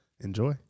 enjoy